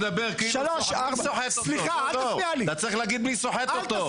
אתה מדבר כאילו אני סוחט אותו.